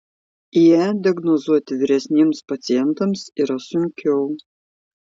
ie diagnozuoti vyresniems pacientams yra sunkiau